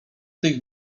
tych